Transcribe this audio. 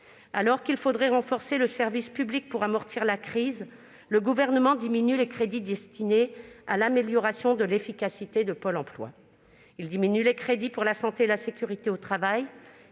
Alors qu'il faudrait renforcer le service public pour amortir la crise, le Gouvernement diminue les crédits destinés à l'amélioration de l'efficacité de Pôle emploi. Il diminue les crédits pour la santé et la sécurité au travail.